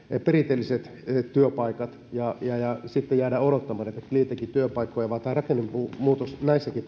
perinteiset työpaikat ja ja sitten jäädään odottamaan näitä cleantechin työpaikkoja vaan tämä rakennemuutos näissäkin